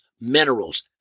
minerals